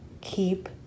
keep